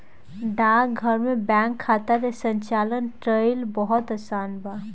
डाकघर में बैंक खाता के संचालन कईल बहुत आसान बा